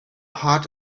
heart